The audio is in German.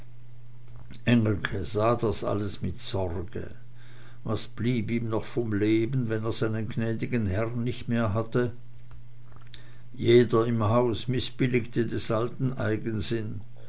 alles mit sorge was blieb ihm noch vom leben wenn er seinen gnäd'gen herrn nicht mehr hatte jeder im haus mißbilligte des alten eigensinn